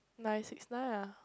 nine six nine ah